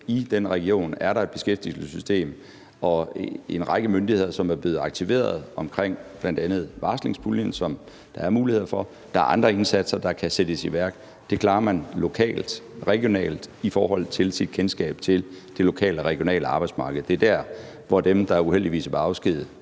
i en region, hvor der er et beskæftigelsessystem og en række myndigheder, som er blevet aktiveret, bl.a. omkring varslingspuljen, som der er muligheder for. Der er andre indsatser, der kan sættes i værk. Det klarer man lokalt og regionalt i forhold til sit kendskab til det lokale og regionale arbejdsmarked. Det er der, hvor dem, der uheldigvis er blevet afskediget,